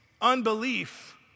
unbelief